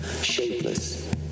shapeless